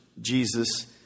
Jesus